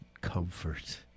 comfort